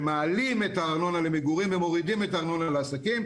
שמעלים את הארנונה למגורים ומורידים את הארנונה לעסקים.